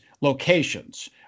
locations